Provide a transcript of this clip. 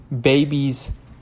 babies